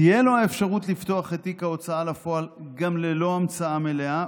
תהיה לו האפשרות לפתוח את תיק ההוצאה לפועל גם ללא המצאה מלאה,